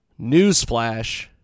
Newsflash